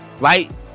right